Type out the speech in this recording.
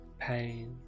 Pain